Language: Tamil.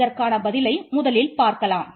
இதற்கான பதிலை முதலில் பார்க்கலாம்